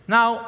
Now